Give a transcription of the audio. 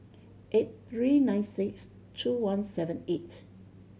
eight three nine six two one seven eight